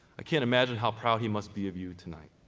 i can't imagine how proud he must be of you tonight.